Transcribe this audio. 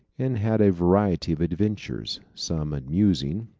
and had a variety of adventures, some amusing,